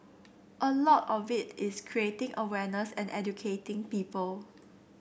a lot of it is creating awareness and educating people